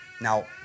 Now